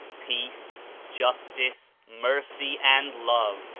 peace, justice, mercy and love,